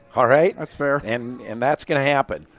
alright. that's fair. and and that's gonna happen.